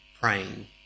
praying